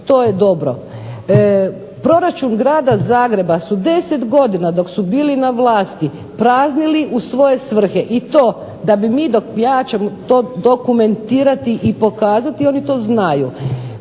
to je dobro. Proračun Grada Zagreba su 10 godina dok su bili na vlasti praznili u svoje svrhe i to da mi ja ću vam to dokumentirati i pokazati i oni to znaju.